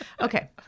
Okay